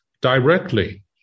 directly